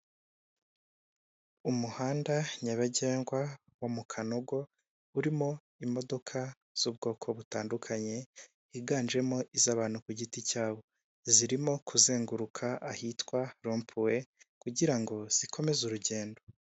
Umuhanda nyabagendwa wo mu Kanogo urimo imodoka z'ubwoko butandukanye higanjemo iz'abantu ku giti cyawo zirimo kuzenguruka ahitwa rompuwe kugira ngo zikomeze urugendo.